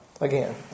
again